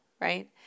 right